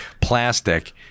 plastic